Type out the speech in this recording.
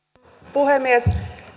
puhemies